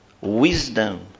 wisdom